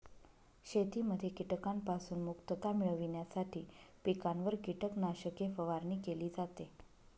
शेतीमध्ये कीटकांपासून मुक्तता मिळविण्यासाठी पिकांवर कीटकनाशके फवारणी केली जाते